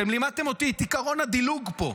אתם לימדתם אותי את עקרון הדילוג פה.